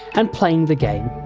and playing the game,